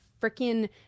freaking